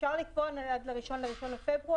אפשר לקבוע עד ה-1 בפברואר,